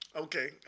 Okay